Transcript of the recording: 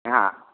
हाँ